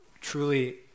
truly